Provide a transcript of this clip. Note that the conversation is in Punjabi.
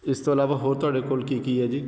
ਇਸ ਤੋਂ ਇਲਾਵਾ ਹੋਰ ਤੁਹਾਡੇ ਕੋਲ ਕੀ ਕੀ ਹੈ ਜੀ